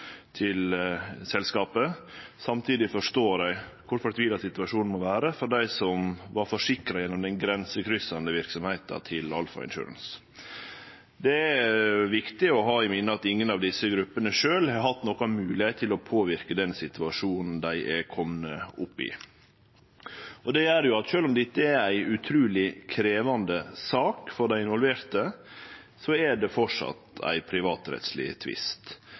til selskapet. Samtidig forstår eg kor fortvila situasjonen må vere for dei som var forsikra gjennom den grensekryssande verksemda til Alpha Insurance. Det er viktig å ha i minne at ingen av desse gruppene sjølv har hatt noka moglegheit til å påverke den situasjonen dei har kome opp i. Det gjer at sjølv om dette er ei utruleg krevjande sak for dei involverte, er det fortsatt ein privatrettsleg tvist.